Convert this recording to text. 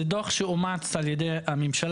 זה דוח שאומץ על ידי הממשלה,